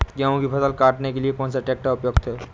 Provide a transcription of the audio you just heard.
गेहूँ की फसल काटने के लिए कौन सा ट्रैक्टर उपयुक्त है?